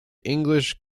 english